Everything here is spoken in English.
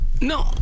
No